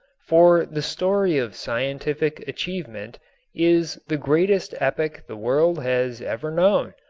for the story of scientific achievement is the greatest epic the world has ever known,